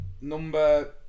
number